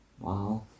Wow